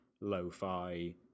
lo-fi